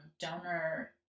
donor